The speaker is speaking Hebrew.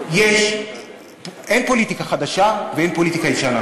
אין פוליטיקה חדשה ואין פוליטיקה ישנה,